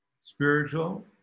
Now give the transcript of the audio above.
spiritual